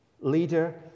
leader